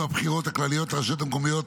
הבחירות הכלליות לרשויות המקומיות